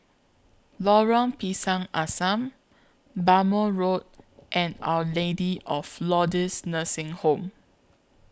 Lorong Pisang Asam Bhamo Road and Our Lady of Lourdes Nursing Home